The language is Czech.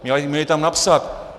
Měli tam napsat: